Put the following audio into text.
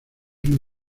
una